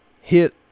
hit